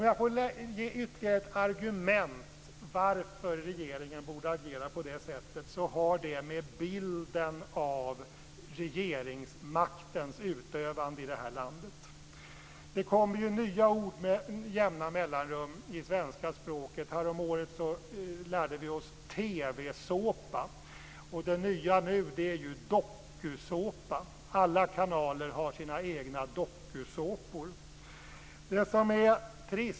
Jag vill ge ytterligare ett argument för att regeringen borde agera så. Det har att göra med bilden av regeringsmaktens utövande. Det kommer nya ord i svenska språket med jämna mellanrum. Häromåret lärde vi oss TV-såpa. Det nya nu är dokusåpa. Alla kanaler har sina egna dokusåpor.